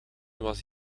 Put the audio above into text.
was